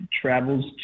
travels